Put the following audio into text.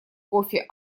кофи